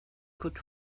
could